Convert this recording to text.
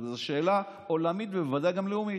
זו שאלה עולמית ובוודאי גם לאומית,